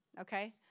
okay